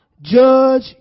Judge